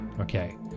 Okay